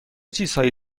چیزهایی